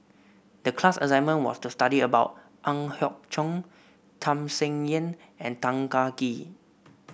the class assignment was to study about Ang Hiong Chiok Tham Sien Yen and Tan Kah Kee